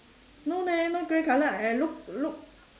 no leh no grey colour I look look